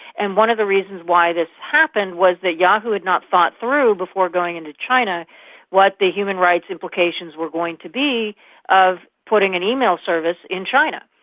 and one of the reasons why this happened was that yahoo had not thought through before going into china what the human rights applications were going to be of putting an email service in china.